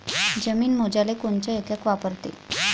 जमीन मोजाले कोनचं एकक वापरते?